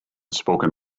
spoken